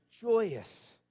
joyous